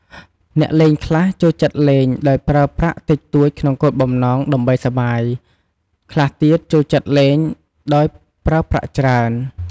អ្នកលេងខ្លះចូលចិត្តលេងដោយប្រើប្រាក់តិចតួចក្នុងគោលបំណងដើម្បីសប្បាយ ខ្លះទៀតចូលចិត្តលេងដោយប្រើប្រាក់ច្រើន។